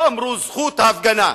לא אמרו: זכות ההפגנה,